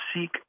seek